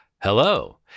hello